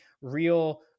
real